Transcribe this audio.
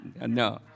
No